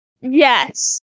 Yes